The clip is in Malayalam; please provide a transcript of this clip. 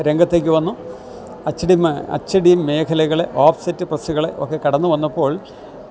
രംഗത്തേക്ക് വന്നു അച്ചടി മേഖലകള് ഓഫ്സെറ്റ് പ്രസ്സുകളൊക്കെ കടന്നുവന്നപ്പോൾ